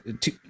two